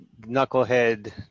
knucklehead